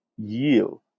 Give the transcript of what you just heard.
yield